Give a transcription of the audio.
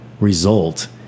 result